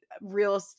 Real